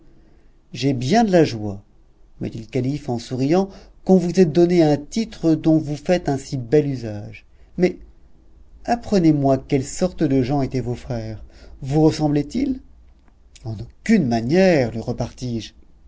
j'ai bien de la joie me dit le calife en souriant qu'on vous ait donné un titre dont vous faites un si bel usage mais apprenez-moi quelle sorte de gens étaient vos frères vous ressemblaient ils en aucune manière lui repartis-je